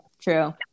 True